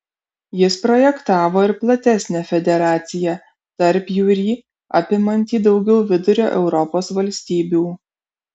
jis projektavo ir platesnę federaciją tarpjūrį apimantį daugiau vidurio europos valstybių